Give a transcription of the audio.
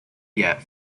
yet